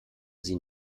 sie